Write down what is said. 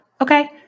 Okay